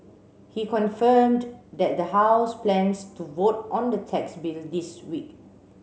he confirmed that the house plans to vote on the tax bill this week